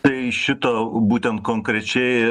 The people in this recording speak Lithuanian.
tai šito būtent konkrečiai